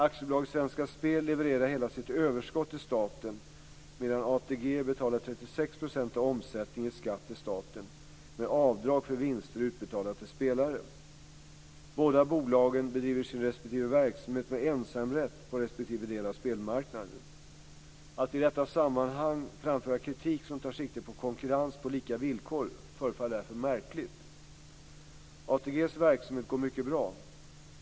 AB Svenska Spel levererar hela sitt överskott till staten medan ATG betalar 36 % av omsättningen i skatt till staten, med avdrag för vinster utbetalda till spelare. Båda bolagen bedriver sin respektive verksamhet med ensamrätt på respektive del av spelmarknaden. Att i detta sammanhang framföra kritik som tar sikte på konkurrens på lika villkor förefaller därför märkligt. ATG:s verksamhet går mycket bra.